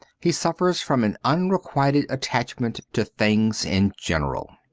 he suffers from an unrequited attachment to things in general.